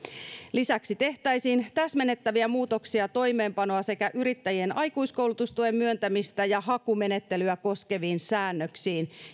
lisäksi tehtäisiin täsmennettäviä muutoksia toimeenpanoa sekä yrittäjien aikuiskoulutustuen myöntämistä ja hakumenettelyä koskeviin säännöksiin